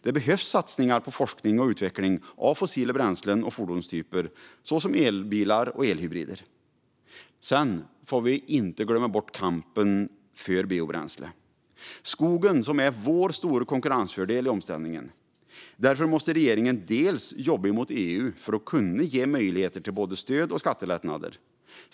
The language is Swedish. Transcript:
Det behövs satsningar på forskning och utveckling av fossilfria bränslen och fordonstyper såsom elbilar och elhybrider. Sedan får vi inte glömma bort kampen för biobränslen. Skogen är vår stora konkurrensfördel i omställningen. Därför måste regeringen jobba mot EU för att kunna ge möjligheter till både stöd och skattelättnader.